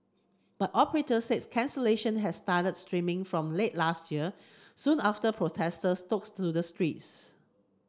but operators said cancellation had started streaming from late last year soon after protesters took to the streets